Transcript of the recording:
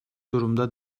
durumda